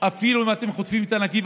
אפילו אם אתם חוטפים את הנגיף,